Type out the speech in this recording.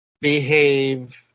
behave